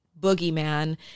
boogeyman